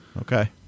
Okay